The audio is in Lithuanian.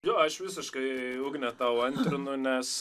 jo aš visiškai ugne tau antrinu nes